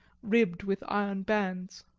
ribbed with iron bands.